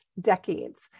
decades